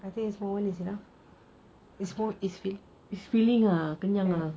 it's filling ah kenyang ah